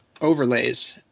overlays